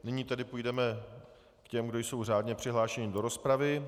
Nyní tedy půjdeme k těm, kdo jsou řádně přihlášeni do rozpravy.